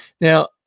Now